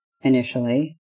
Initially